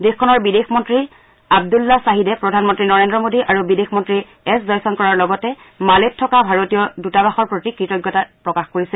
দেশখনৰ বিদেশ মন্নী আবদুল্লা শ্বাহিদে প্ৰধানমন্নী নৰেন্স মোদী আৰু বিদেশ মন্নী এছ জয় শংকৰৰ লগতে মালেত থকা ভাৰতীয় দূতাবাসৰ প্ৰতি কৃতজ্ঞতা প্ৰকাশ কৰিছে